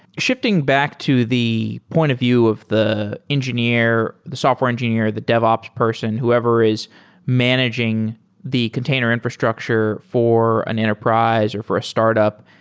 shifting back to the point of view of the engineer, the software engineer, the devops person, whoever is managing the container infrastructure for an enterprise or for a startup,